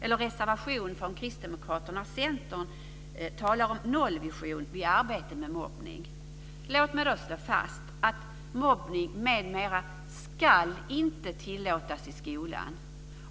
En reservation från Kristdemokraterna och Centern talar om nollvision vid arbete mot mobbning. Låt mig slå fast: Mobbning m.m. ska inte tillåtas i skolan.